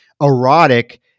erotic